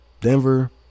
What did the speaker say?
Denver